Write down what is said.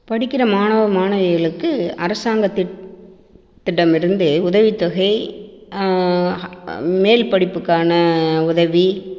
படிக்கிற மாணவ மாணவிகளுக்கு அரசாங்க திட்டம் இருந்து உதவித்தொகை மேல்படிப்புக்கான உதவி